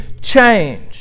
change